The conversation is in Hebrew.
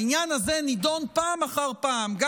העניין הזה נדון פעם אחר פעם גם